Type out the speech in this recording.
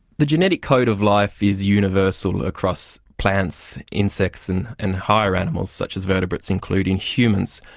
the genetic code of life is universal across plants, insects and and higher animals such as vertebrates, including humans.